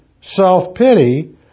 self-pity